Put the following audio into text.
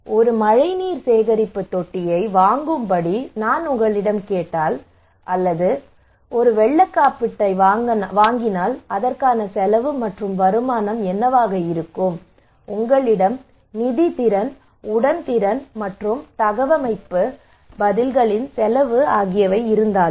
ஒரு மழைநீர் சேகரிப்பு தொட்டியை வாங்கும்படி நான் உங்களிடம் கேட்டால் அல்லது வெள்ளக் காப்பீட்டை வாங்கினால் அதற்கான செலவு மற்றும் வருமானம் என்னவாக இருக்கும் உங்களிடம் நிதி திறன் உடல் திறன் மற்றும் தகவமைப்பு பதில்களின் செலவு ஆகியவை இருந்தாலும்